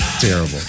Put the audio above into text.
terrible